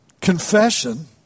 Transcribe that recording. confession